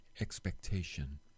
expectation